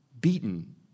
beaten